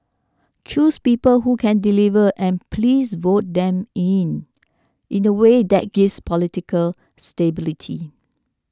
choose people who can deliver and please vote them in in a way that gives political stability